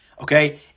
Okay